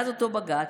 מאז אותו בג"ץ